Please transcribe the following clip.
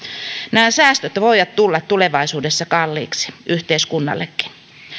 nämä säästöt voivat tulla tulevaisuudessa kalliiksi yhteiskunnallekin